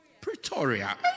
Pretoria